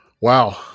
Wow